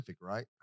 right